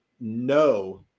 no